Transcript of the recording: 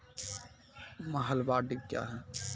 महलबाडी क्या हैं?